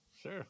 Sure